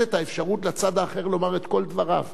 את האפשרות לצד האחר לומר את כל דבריו.